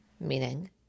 Meaning